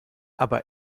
aber